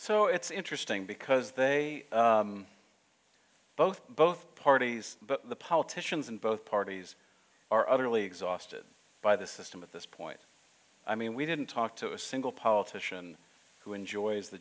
so it's interesting because they both both parties but the politicians in both parties are utterly exhausted by the system at this point i mean we didn't talk to a single politician who enjoys the